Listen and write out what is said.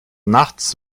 nachts